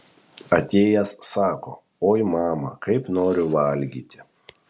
atėjęs sako oi mama kaip noriu valgyti